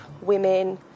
women